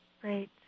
Great